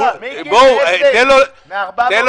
מיקי, מאיזה תקציב?